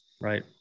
Right